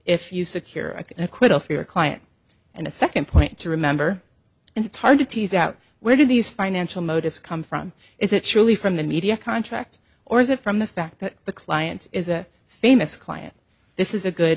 if you secure acquittal for your client and a second point to remember and it's hard to tease out where did these financial motives come from is it truly from the media contract or is it from the fact that the client is a famous client this is a good